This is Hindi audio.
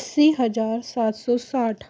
अस्सी हज़ार सात सौ साठ